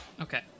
Okay